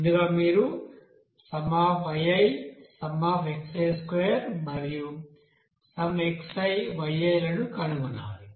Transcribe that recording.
ముందుగా మీరు yi xi2 మరియు xiyi లను కనుగొనాలి